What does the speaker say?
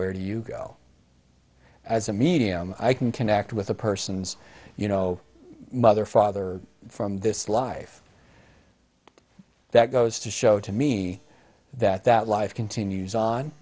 where do you go as a medium i can connect with a persons you know mother father from this life that goes to show to me that that life continues